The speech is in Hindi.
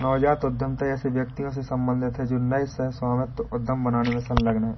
नवजात उद्यमिता ऐसे व्यक्तियों से सम्बंधित है जो नए सह स्वामित्व उद्यम बनाने में संलग्न हैं